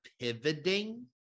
pivoting